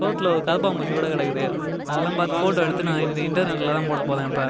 சோற்றில ஒரு கரப்பாம் பூச்சி கூட கிடக்குது அதெல்லாம் பார்த்து ஃபோட்டோ எடுத்து நான் என்னோடய இன்ட்டர்நெட்டில் தான் போடப்போகிறேன் இப்போ